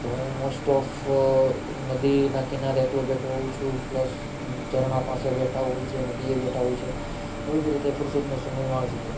તો હું most of નદીના કિનારે એકલો બેઠો હોઉં છું પ્લસ હું ઝરણા પાસે બેઠા હોય છે નદીએ બેઠા હોય છે એવી જ રીતે ફુરસતનો સમય માણી શકે